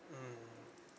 mmhmm